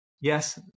yes